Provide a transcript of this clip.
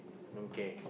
don't care